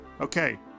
Okay